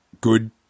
good